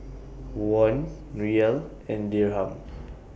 Won Riyal and Dirham